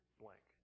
blank